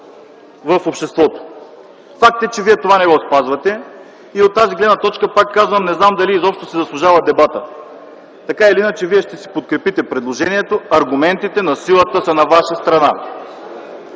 в обществото. Факт е, че вие това не го спазвате. И от тази гледна точка пак казвам не знам дали изобщо си заслужава дебатът. Така или иначе, вие ще си подкрепите предложението – аргументите на силата са на ваша страна.